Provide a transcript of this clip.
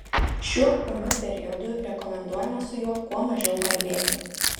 šiuo ūmiu periodu rekomenduojama su juo kuo mažiau kalbėti